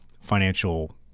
financial